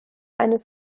eines